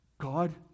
God